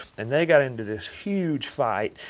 and they got into this huge fight.